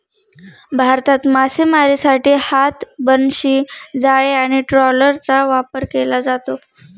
भारतात मासेमारीसाठी हात, बनशी, जाळी आणि ट्रॉलरचा वापर केला जातो